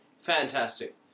fantastic